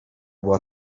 była